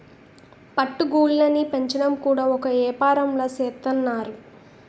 పట్టు గూళ్ళుని పెంచడం కూడా ఒక ఏపారంలా సేత్తన్నారు